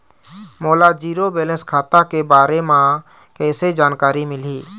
मोला zero balance खाता के बारे म कैसे जानकारी मिलही?